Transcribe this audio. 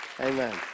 Amen